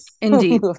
Indeed